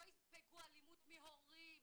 לא יספגו אלימות מהורים